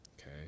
okay